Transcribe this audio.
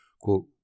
Quote